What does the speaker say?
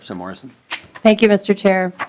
so morrison thank you mr. chair.